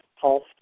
Paul